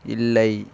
இல்லை